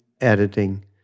editing